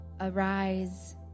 Arise